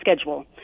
schedule